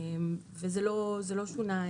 זה לא שונה,